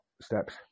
steps